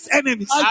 enemies